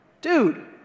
Dude